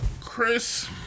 Chris